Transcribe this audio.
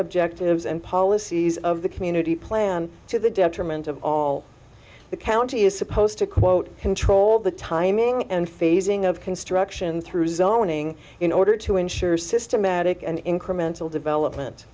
objectives and policies of the community plan to the detriment of all the county is supposed to quote control the timing and phasing of construction through zoning in order to ensure systematic and incremental development